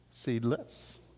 seedless